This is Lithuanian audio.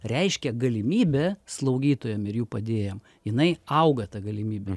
reiškia galimybė slaugytojam ir jų padėjėjam jinai auga ta galimybė